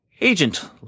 Agent